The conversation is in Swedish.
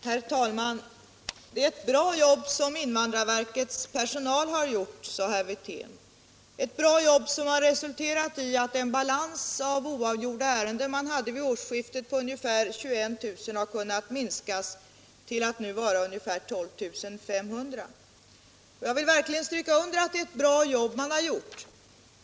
Herr talman! Det är ett bra jobb som invandrarverkets personal har gjort, sade herr Wirtén. Ett bra jobb som resulterat i att den balans av oavgjorda ärenden på ungefär 21000 som man hade vid årsskiftet har minskat till ungefär 12 500. Jag vill verkligen understryka att det är ett bra jobb man har gjort.